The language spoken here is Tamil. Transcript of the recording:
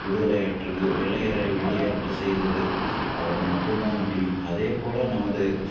விடுதலையுற்றது வெள்ளையரை வெளியேற்ற செய்தது அவர் மட்டும்தான் முடியும் அதே போல நமது